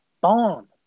bomb